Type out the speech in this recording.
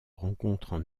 rencontrent